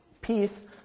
Peace